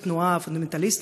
היא תנועה פונדמנטליסטית,